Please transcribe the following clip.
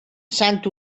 sant